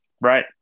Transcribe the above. Right